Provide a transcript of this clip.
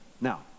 Now